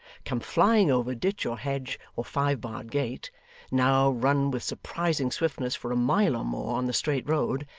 come flying over ditch or hedge or five-barred gate now run with surprising swiftness for a mile or more on the straight road,